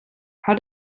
how